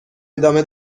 ادامه